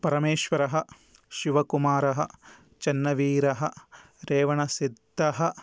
परमेश्वर शिवकुमारः चेन्नवीरः रेवणसिद्धः